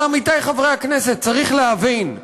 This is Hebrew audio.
אבל, עמיתי חברי הכנסת, צריך להבין,